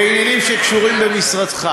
אני מדבר בעניינים שקשורים במשרדך.